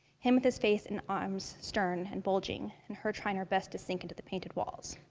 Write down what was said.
him with his face and arms stern and bulging, and her trying her best to sink into the painted walls.